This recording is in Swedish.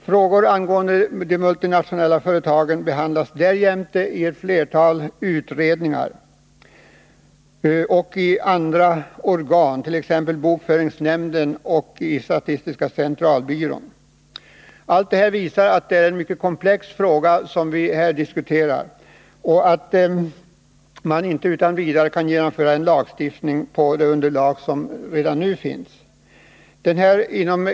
Frågor angående de multinationella företagen behandlas därjämte i ett flertal utredningar och i olika organ, t.ex. i bokföringsnämnden och statistiska centralbyrån. Allt detta visar att det är en mycket komplex fråga som vi diskuterar och att man inte utan vidare kan genomföra en lagstiftning på det underlag som nu finns.